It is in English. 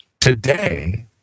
today